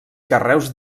carreus